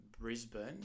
Brisbane